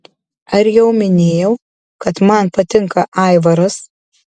ar jau minėjau kad man patinka aivaras